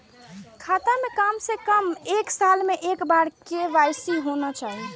खाता में काम से कम एक साल में एक बार के.वाई.सी होना चाहि?